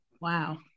Wow